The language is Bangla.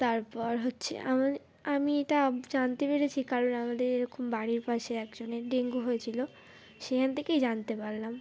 তারপর হচ্ছে আম আমি এটা জানতে পেরেছি কারণ আমাদের এরকম বাড়ির পাশে একজনের ডেঙ্গু হয়েছিলো সেখান থেকেই জানতে পারলাম